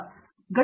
professor